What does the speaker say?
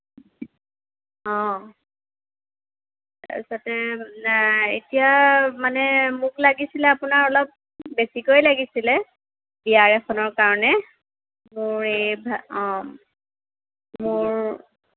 অঁ তাৰপিছতে এতিয়া মানে মোক লাগিছিল আপোনাৰ অলপ বেছিকৈয়ে লাগিছিল বিয়া এখনৰ কাৰণে মোৰ এই অঁ মোৰ